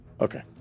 Okay